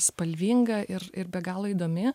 spalvinga ir ir be galo įdomi